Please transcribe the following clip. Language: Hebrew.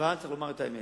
אבל צריך לומר את האמת: